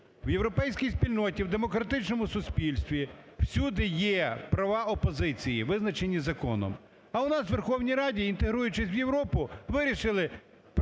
В європейській спільноті, в демократичному суспільстві всюди є права опозиції, визначені законом. А у нас у Верховній Раді, інтегруючись в Європу, вирішили